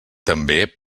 també